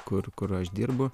kur kur aš dirbu